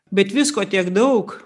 bet visko tiek daug